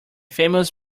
famous